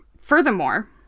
Furthermore